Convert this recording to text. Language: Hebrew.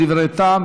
בדברי טעם,